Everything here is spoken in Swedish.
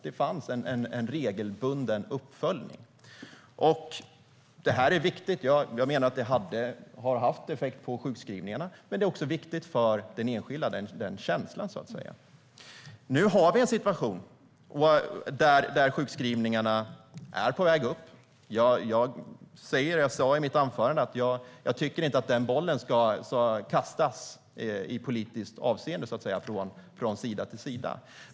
Det fanns en regelbunden uppföljning. Detta är viktigt, och jag menar att det har haft effekt på sjukskrivningarna. Men denna känsla är också viktig för den enskilda. Nu har vi en situation där sjukskrivningarna är på väg upp. Jag sa i mitt anförande att jag inte tycker att denna boll så att säga ska kastas i politiskt avseende från sida till sida.